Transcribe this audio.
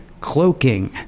cloaking